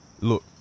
Look